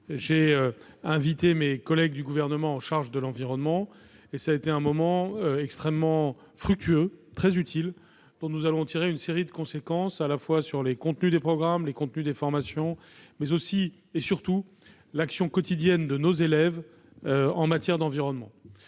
j'ai invité mes collègues du Gouvernement chargés de l'environnement. Ce moment a été extrêmement fructueux et utile. Nous en tirerons toute une série de conséquences à la fois sur les contenus des programmes et des formations, mais aussi et surtout sur l'action quotidienne de nos élèves en matière d'environnement.